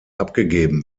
abgegeben